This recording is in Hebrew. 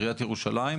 עיריית ירושלים,